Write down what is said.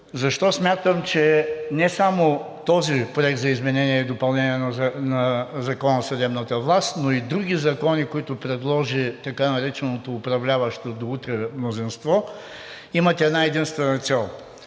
Защо смятам, че не само този проект за изменение и допълнение на Закона за съдебната власт, но и други закони, които предложи така нареченото управляващо до утре мнозинство, имат една-единствена цел